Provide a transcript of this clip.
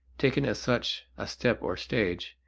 taken as such a step or stage,